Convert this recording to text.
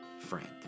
friend